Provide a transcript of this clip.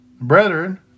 brethren